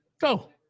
go